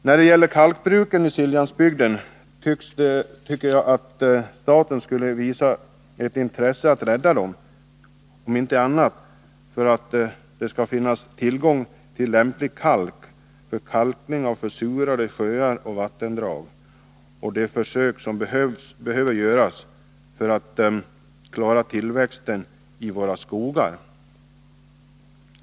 När det gäller kalkbruken i Siljansbygden tycker jag att staten skulle visa intresse för att rädda dem, åtminstone för att det skall finnas tillgång till lämplig kalk för kalkning av försurade sjöar och vattendrag samt till de försök som behöver göras för att klara tillväxten i våra skogar.